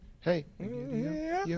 Hey